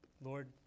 Lord